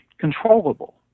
controllable